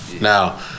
Now